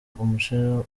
umucamanza